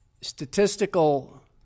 statistical